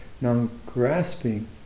non-grasping